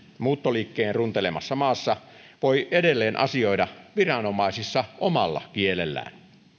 muuttoliikkeen runtelemassa maassa voi edelleen asioida viranomaisissa omalla kielellään